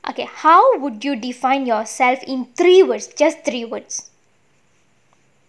okay how would you define yourself in three words just three words